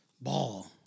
Ball